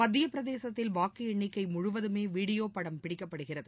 மத்திய பிரதேசத்தில் வாக்கு எண்ணிக்கை முழுவதுமே வீடியோ படம் பிடிக்கப்படுகிறது